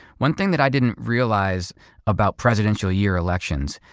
one thing that i didn't realize about presidential-year elections,